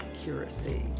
accuracy